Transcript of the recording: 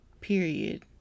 period